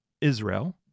Israel